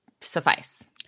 suffice